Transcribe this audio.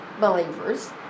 believers